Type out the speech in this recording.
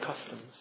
customs